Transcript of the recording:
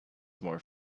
more